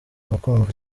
mwakumva